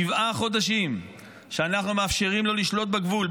שבעה חודשים שאנחנו מאפשרים לו לשלוט בגבול,